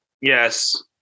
Yes